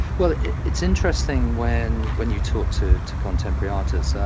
well it's interesting when when you talk to to contemporary artists.